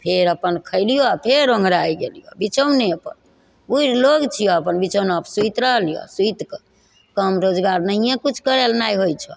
फेर अपन खयलियौ फेर ओङ्घराइ गेलियौ बिछौनेपर बुढ़ लोग छियऽ अपन बिछौनापर सुति रहलियौ सुति कऽ काम रोजगार नहिये किछु करनाइ होइ छौ